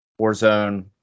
Warzone